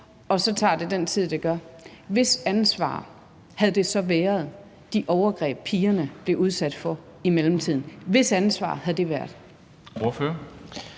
og så tager det den tid, det tager. Hvis ansvar havde de overgreb, pigerne blev udsat for i mellemtiden, så været? Hvis ansvar havde det været?